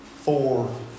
four